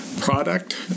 product